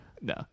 No